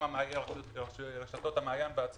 גם רשתות מעיין החינוך התורני והחינוך